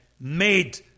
made